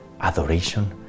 adoration